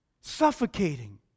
suffocating